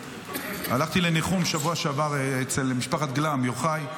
הלכתי לניחום בשבוע שעבר אצל משפחת גלאם, יוחאי.